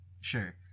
Sure